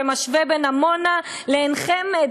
ומשווה את עמונה ועין-חמד,